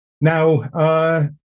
Now